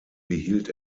behielt